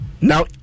Now